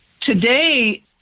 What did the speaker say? today